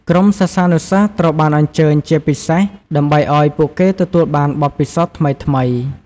ក្រុមសិស្សានុសិស្សត្រូវបានអញ្ជើញជាពិសេស ដើម្បីអោយពួកគេទទួលបានបទពិសោធន៍ថ្មីៗ។